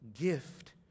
gift